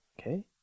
Okay